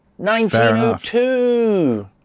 1902